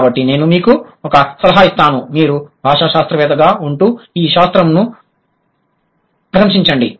కాబట్టి నేను మీకు ఒక సలహా ఇస్తాను మీరు భాషాశాస్త్రవేత్తగా ఉంటూ ఈ శాస్త్రంను ప్రశంశించండి